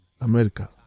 America